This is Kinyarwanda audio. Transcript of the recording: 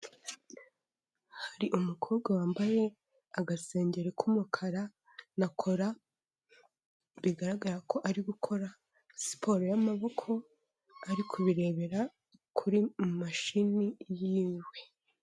Hari umukobwa wambaye agasenger k'umukara na kola, bigaragara ko ari gukora siporo y'amaboko, ari kubirebera kuri mashini yiwe.